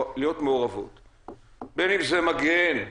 בין אם זה "מגן",